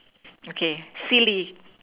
okay silly